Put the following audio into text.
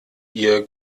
ihr